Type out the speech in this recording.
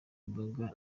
imboga